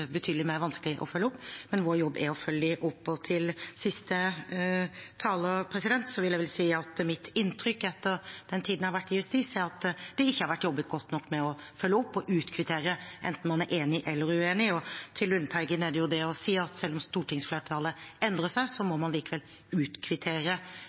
betydelig vanskeligere å følge opp, men vår jobb er å følge dem opp. Til siste taler vil jeg vel si at mitt inntrykk etter den tiden jeg har vært i Justisdepartementet, er at det ikke har vært jobbet godt nok med å følge opp og utkvittere, enten man er enig eller uenig. Og til Lundteigen er det det å si at selv om stortingsflertallet endrer seg,